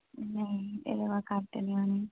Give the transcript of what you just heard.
नेईं एह्दे कोल दा घट्ट निं होनी